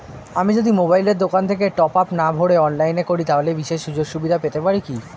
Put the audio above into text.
আমি যদি মোবাইলের দোকান থেকে টপআপ না ভরে অনলাইনে করি তাহলে বিশেষ সুযোগসুবিধা পেতে পারি কি?